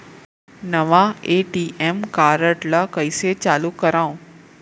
नवा ATM card ल कइसे चालू करव?